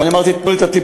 ואני אמרתי: תנו לי לטפל.